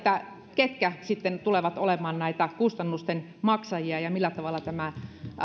ketkä sitten tulevat olemaan näitä kustannusten maksajia ja millä tavalla tämä